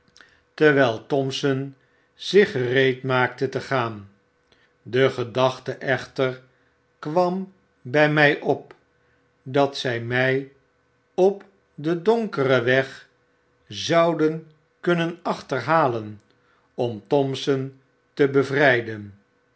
hun bilkson zich gereedmaakte te gaan de gedachte echter kwam by mij op dat zy mjj op den donkeren weg zouden kunnen achterhalen om thompson te bevrijden